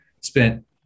spent